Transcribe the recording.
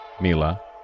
Mila